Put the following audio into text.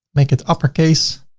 make it upper case